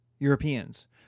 Europeans